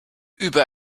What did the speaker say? über